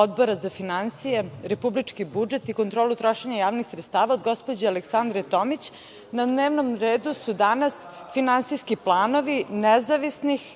Odbora za finansije, republički budžet i kontrolu trošenja javnih sredstava, od gospođe Aleksandre Tomić, na dnevnom redu su danas finansijski planovi nezavisnih